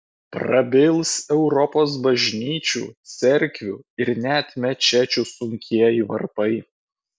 prabils europos bažnyčių cerkvių ir net mečečių sunkieji varpai